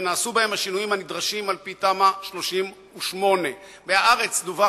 שנעשו בהם השינויים הנדרשים על-פי תמ"א 38. ב"הארץ" דווח